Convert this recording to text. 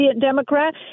Democrat